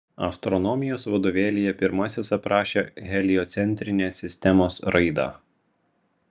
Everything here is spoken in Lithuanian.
astronomijos vadovėlyje pirmasis aprašė heliocentrinės sistemos raidą